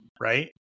right